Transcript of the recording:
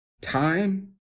Time